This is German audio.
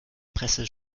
presse